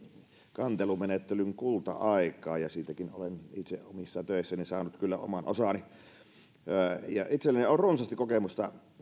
kantelumenettelyn kulta aikaa ja siitäkin olen itse omissa töissäni saanut kyllä oman osani itselläni on runsaasti kokemusta